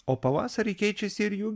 o pavasarį keičiasi ir jų